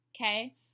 okay